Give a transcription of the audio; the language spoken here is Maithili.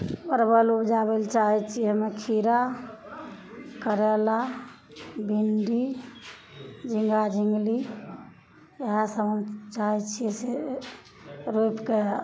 परवल उपजाबै ले चाहै छिए एहिमे खीरा करैला भिण्डी झिङ्गा झिङ्गुली इएहसब हम चाहै छिए से रोपिके